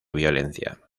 violencia